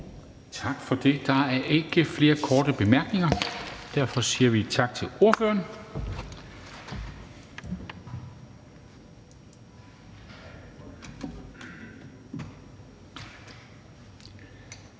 Tak for det. Der er ikke flere korte bemærkninger, og derfor siger vi tak til ordføreren.